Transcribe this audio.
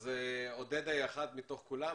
אז עודדה היא אחת מתוך כולם,